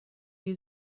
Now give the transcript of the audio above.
die